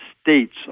States